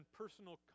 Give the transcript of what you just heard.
personal